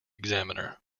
examiner